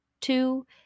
two